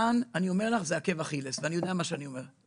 כאן זה עקב אכילס, ואני יודע מה שאני אומר.